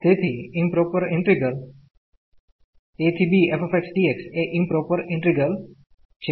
તેથી improper integral abfxdx એ improper integral છે